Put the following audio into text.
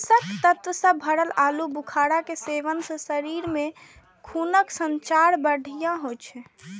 पोषक तत्व सं भरल आलू बुखारा के सेवन सं शरीर मे खूनक संचार बढ़िया होइ छै